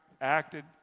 acted